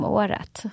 året